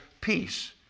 peace